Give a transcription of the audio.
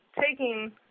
taking